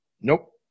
Nope